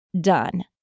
done